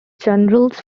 generals